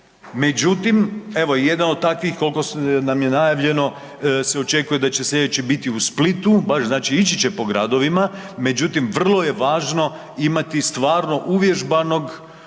međutim evo jedan od takvih koliko nam je najavljeno se očekuje da će sljedeći biti u Splitu, baš znači ići će po gradovima, međutim vrlo ja važno imati stvarno uvježbanog